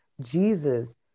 jesus